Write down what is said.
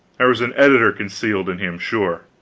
there was an editor concealed in him, sure.